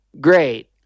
great